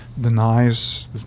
denies